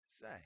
say